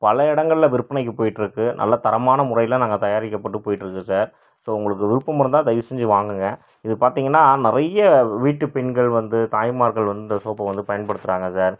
பல இடங்கள்ல விற்பனைக்கு போயிட்டிருக்கு நல்ல தரமான முறையில் நாங்கள் தயாரிக்கப்பட்டு போயிட்டிருக்கு சார் ஸோ உங்களுக்கு விருப்பம் இருந்தால் தயவு செஞ்சு வாங்குங்க இது பார்த்திங்கன்னா நிறைய வீட்டு பெண்கள் வந்து தாய்மார்கள் வந்து இந்த சோப்பை வந்து பயன்படுத்தறாங்க சார்